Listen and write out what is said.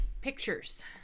Pictures